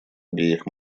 обеих